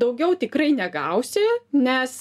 daugiau tikrai negausi nes